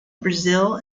brazil